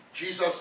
Jesus